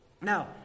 Now